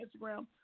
Instagram